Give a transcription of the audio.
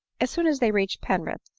as soon as they reached penrith,